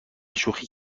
شوخی